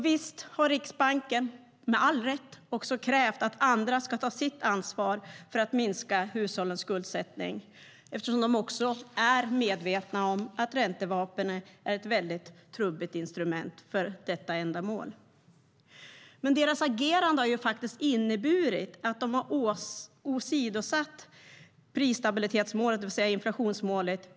Visst har Riksbanken, med all rätt, också krävt att andra ska ta sitt ansvar för att minska hushållens skuldsättning. Riksbanken är också medveten om att räntevapnet är ett trubbigt instrument för detta ändamål. Men deras agerande har inneburit att de har åsidosatt prisstabilitetsmålet, det vill säga inflationsmålet.